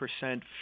percent